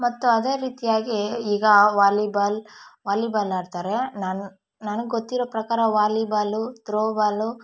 ಮತ್ತು ಅದೇ ರೀತಿಯಾಗಿ ಈಗ ವಾಲಿಬಾಲ್ ವಾಲಿಬಾಲ್ ಆಡ್ತಾರೆ ನನ್ನ ನನ್ಗೆ ನನಗೆ ಗೊತ್ತಿರೋ ಪ್ರಕಾರ ವಾಲಿಬಾಲು ತ್ರೋಬಾಲು